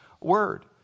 word